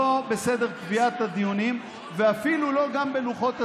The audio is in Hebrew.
לא בסדר קביעת הדיונים ואפילו לא בלוחות הזמנים,